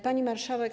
Pani Marszałek!